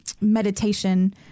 meditation